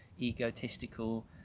egotistical